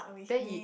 then